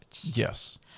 Yes